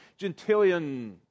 Gentilian